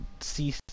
see